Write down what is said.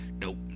Nope